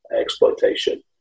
exploitation